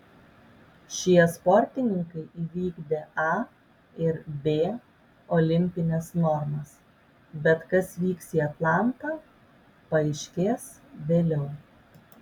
šie sportininkai įvykdė a ir b olimpines normas bet kas vyks į atlantą paaiškės vėliau